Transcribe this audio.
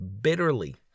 bitterly